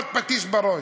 עוד פטיש בראש.